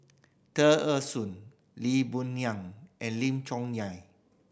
Tear Ee Soon Lee Boon Ngan and Lim Chong Yah